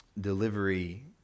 delivery